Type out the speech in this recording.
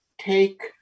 take